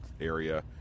area